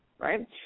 Right